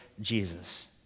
Jesus